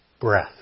breath